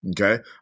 Okay